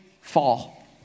fall